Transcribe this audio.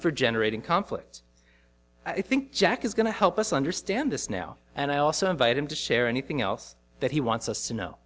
for generating conflicts i think jack is going to help us understand this now and i also invite him to share anything else that he wants us to know